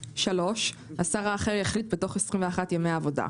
(3) השר האחר יחליט בתוך 21 ימי עבודה,